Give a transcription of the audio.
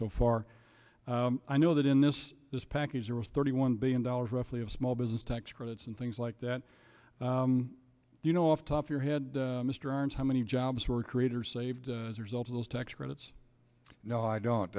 so far i know that in this this package there was thirty one billion dollars roughly of small business tax credits and things like that you know off the top your head mr burns how many jobs were created or saved as a result of those tax credits no i don't